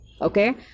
okay